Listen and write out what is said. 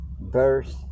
verse